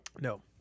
No